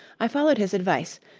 i followed his advice,